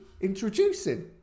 introducing